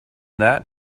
that